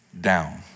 down